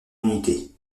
unité